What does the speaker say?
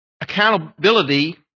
accountability